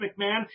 McMahon